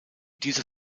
dieser